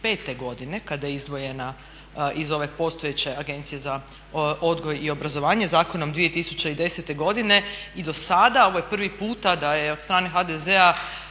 godine kada je izdvojena iz ove postojeće Agencije za odgoj i obrazovanje zakonom 2010. godine. I dosada, ovo je prvi puta da je od strane HDZ-a